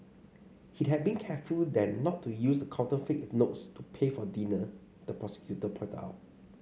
he had been careful then not to use the counterfeit notes to pay for dinner the prosecutor pointed out